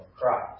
Christ